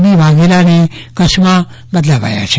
બી વાઘેલાને કચ્છમાં બદલાવ્યા છે